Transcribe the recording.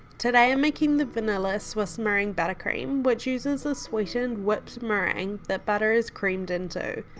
today i'm making the vanilla swiss meringue buttercream which uses a sweetened whipped meringue that butter is creamed into.